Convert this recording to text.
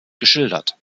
geschildert